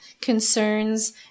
concerns